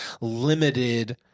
limited